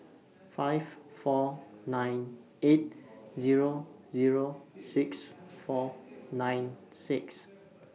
five four nine eight Zero Zero six four nine six